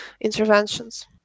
interventions